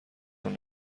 تون